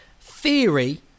Theory